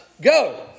go